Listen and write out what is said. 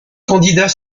candidats